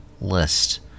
list